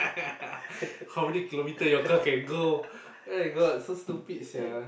yeah